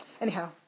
Anyhow